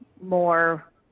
more